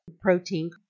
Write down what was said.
protein